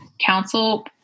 council